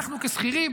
אנחנו כשכירים,